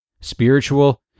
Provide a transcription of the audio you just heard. spiritual